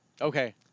Okay